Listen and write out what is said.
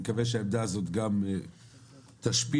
לא היית פה כשהזכרתי שכמי שהייתה שמונה שנים חברה באופוזיציה